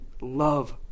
love